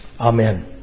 Amen